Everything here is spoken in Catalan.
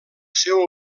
seu